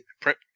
prep